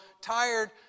tired